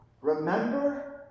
Remember